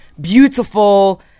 beautiful